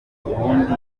ubundi